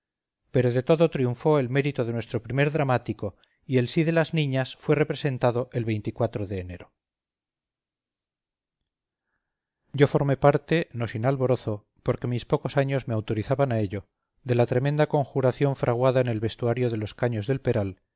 pero de todo triunfó el mérito de nuestro primer dramático y el sí de las niñas fue representado el de enero yo formé parte no sin alborozo porque mis pocos años me autorizaban a ello de la tremenda conjuración fraguada en el vestuario de los caños del peral